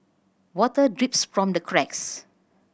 water drips from the cracks